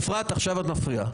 אפרת, עכשיו את מפריעה.